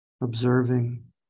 observing